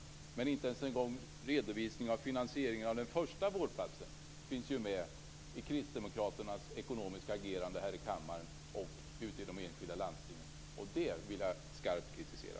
Men inte ens en gång en redovisning av finansieringen av den första vårdplatsen finns med i Kristdemokraternas ekonomiska agerande här i riksdagen eller i de enskilda landstingen. Det vill jag skarpt kritisera.